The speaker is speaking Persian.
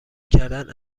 کردن